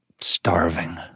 starving